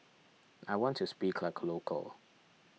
I want to speak like a local